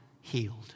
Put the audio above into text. healed